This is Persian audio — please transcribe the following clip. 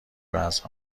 وزن